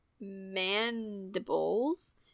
mandibles